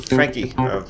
Frankie